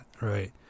right